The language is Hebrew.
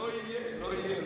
לא יהיה.